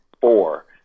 four